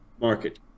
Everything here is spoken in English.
Market